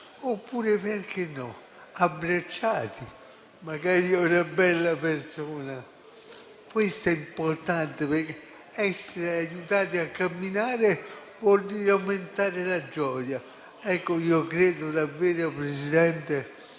oppure, perché no, abbracciati, magari a una bella persona. Questo è importante, perché essere aiutati a camminare vuol dire aumentare la gioia. Signor Presidente,